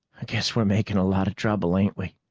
i guess we're making a lot of trouble, ain't we?